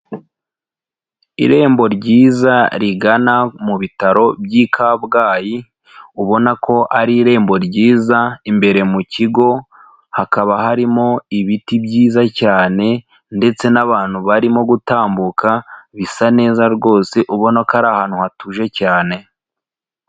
Irembo ryiza rigana mu bitaro by'i Kabgayi, ubona ko ari irembo ryiza, imbere mu kigo hakaba harimo ibiti byiza cyane ndetse n'abantu barimo gutambuka, bisa neza rwose, ubona ko ari ahantu hatuje cyane.